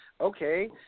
Okay